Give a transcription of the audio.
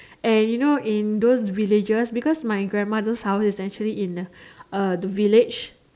and you know in those villages because my grandma those house is actually in a uh the village